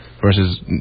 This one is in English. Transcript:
versus